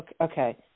okay